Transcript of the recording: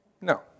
No